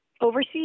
Overseas